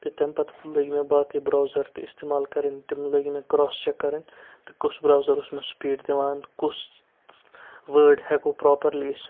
تہٕ تَمہِ پتہٕ لٲگۍ مےٚ باقٕے برٛوزَر تہِ استعمال کَرٕنۍ تِم لٲگۍ مےٚ کرٛاس چیٚک کَرٕنۍ تہٕ کُس برٛوزَو اوس مےٚ سٕپیٖڈ دِوان کُس وٲرڈ ہیٚکو پرٛاپَرلی أسۍ